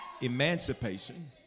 Emancipation